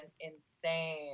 insane